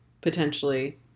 potentially